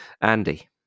Andy